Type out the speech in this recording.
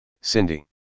Cindy